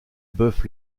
bœuf